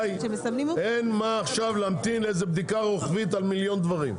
אין מה עכשיו להמתין לאיזה בדיקה רוחבית על מיליון דברים.